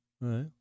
right